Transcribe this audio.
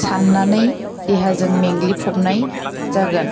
साननानै देहाजों मेंग्लिफबनाय जागोन